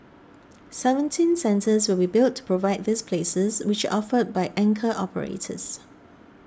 seventeen centres will be built to provide these places which are offered by anchor operators